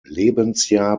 lebensjahr